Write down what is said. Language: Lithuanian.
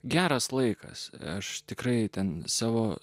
geras laikas aš tikrai ten savo